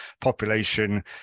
population